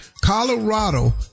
Colorado